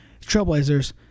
Trailblazers